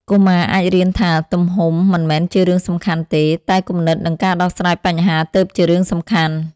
កុមារអាចរៀនថា ទំហំមិនមែនជារឿងសំខាន់ទេ តែគំនិតនិងការដោះស្រាយបញ្ហាទើបជារឿងសំខាន់។